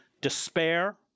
despair